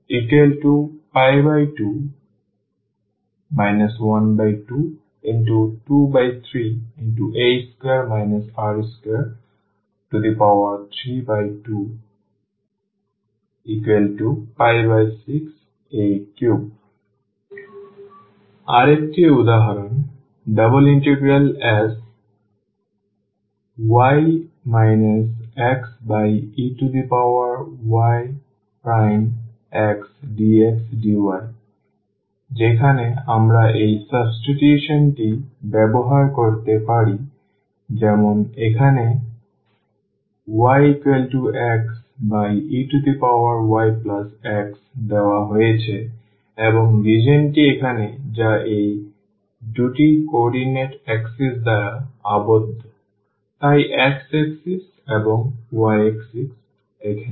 0a 6a3 আরেকটি উদাহরণ Sey xyxdxdy যেখানে আমরা এই সাবস্টিটিউশনটি ব্যবহার করতে পারি যেমন এখানে ey xyx দেওয়া হয়েছে এবং রিজিওনটি এখানে যা এই দুটি কোঅর্ডিনেট এক্সিস দ্বারা আবদ্ধ তাই x এক্সিস এবং y এক্সিস এখানে